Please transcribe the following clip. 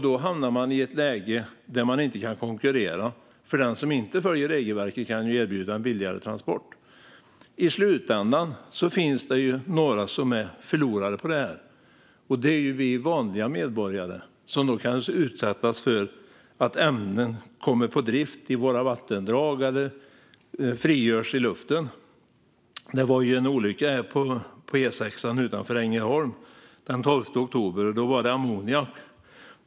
Då hamnar man i ett läge där man inte kan konkurrera, för den som inte följer regelverket kan ju erbjuda en billigare transport. I slutändan är det några som blir förlorare på detta, nämligen vi vanliga medborgare, som kan utsättas för att ämnen kommer på drift i vattendrag eller frigörs i luften. Det var en olycka på E6 utanför Ängelholm den 12 oktober. Då var det ammoniak i lasten.